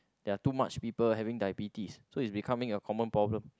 there're too much people having diabetes so is becoming a common problem